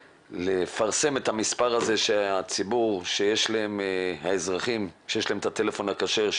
לפרסם את המספר לציבור האזרחים שיש להם את הטלפון הכשר,